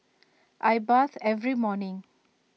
I bathe every morning